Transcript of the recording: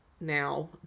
now